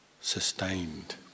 sustained